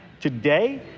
today